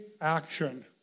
action